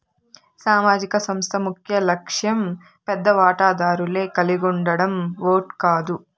సామాజిక సంస్థ ముఖ్యలక్ష్యం పెద్ద వాటాదారులే కలిగుండడం ఓట్ కాదు